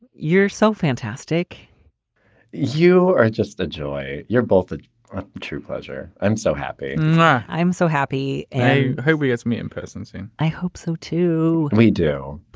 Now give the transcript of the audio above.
you're so fantastic you are just a joy. you're both a true pleasure. i'm so happy and i'm so happy. i hope he gets me in prison soon. i hope so, too. we do.